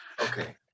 Okay